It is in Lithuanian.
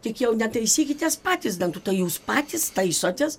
tik jau taisykitės patys dantų tai jūs patys taisotės